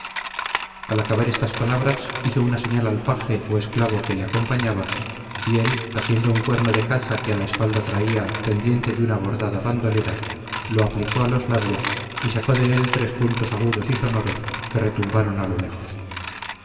al acabar estas palabras hizo una señal al paje o esclavo que le acompañaba y él asiendo un cuerno de caza que a la espalda traía pendiente de una bordada bandolera lo aplicó a los labios y sacó de él tres puntos agudos y sonoros que retumbaron a lo lejos